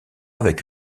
avec